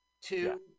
two